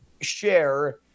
share